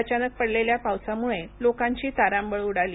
अचानक पडलेल्या पावसामुळे लोकांची तारांबळ उडाली